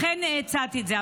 לכן, הצעתי את זה.